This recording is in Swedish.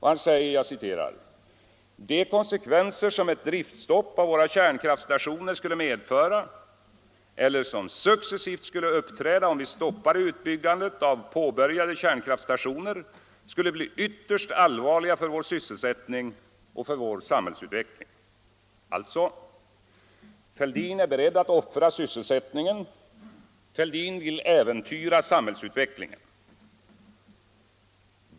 Han säger: ”De konsekvenser som ett driftstopp av våra kärnkraftstationer skulle medföra eller som successivt skulle uppträda om vi stoppade utbyggandet av påbörjade kärnkraftstationer skulle bli ytterst allvarliga för vår sysselsättning och vår samhällsutveckling.” Alltså — Fälldin är beredd offra sysselsättningen, Fälldin vill äventyra samhällsutvecklingen.